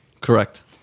Correct